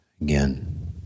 again